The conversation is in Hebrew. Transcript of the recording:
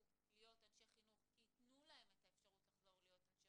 להיות אנשי חינוך כי ייתנו להם את האפשרות להיות אנשי